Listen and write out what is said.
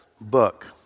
book